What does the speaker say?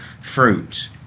fruit